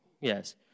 yes